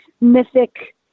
mythic